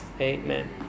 Amen